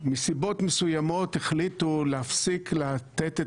מסיבות מסוימות החליטו להפסיק לתת את